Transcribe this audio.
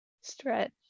Stretch